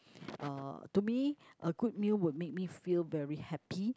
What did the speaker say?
uh to me a good meal would make me feel very happy